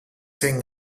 zein